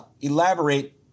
elaborate